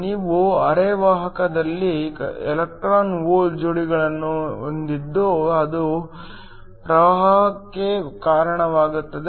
ನೀವು ಅರೆವಾಹಕದಲ್ಲಿ electron hole ಜೋಡಿಗಳನ್ನು ಹೊಂದಿದ್ದು ಅದು ಪ್ರವಾಹಕ್ಕೆ ಕಾರಣವಾಗುತ್ತದೆ